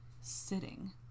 sitting